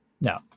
No